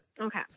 Okay